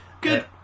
Good